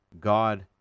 God